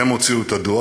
הם הוציאו את הדוח.